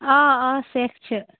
آ آ سٮ۪کھ چھِ